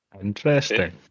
Interesting